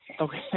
okay